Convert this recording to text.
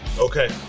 Okay